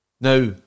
Now